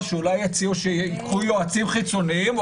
שאולי יציעו שייקחו יועצים חיצוניים,